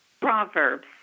Proverbs